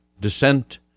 descent